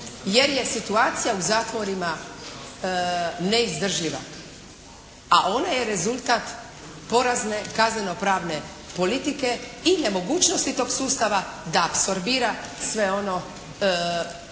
jer je situacija u zatvorima neizdrživa. A ona je rezultat porezne kaznenopravne politike i nemogućnosti tog sustava da apsorbira sve ono